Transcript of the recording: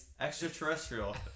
extraterrestrial